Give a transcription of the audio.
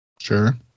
Sure